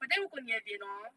but then 如果你的脸 hor